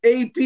AP